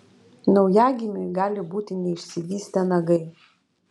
naujagimiui gali būti neišsivystę nagai